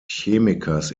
chemikers